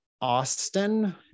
Austin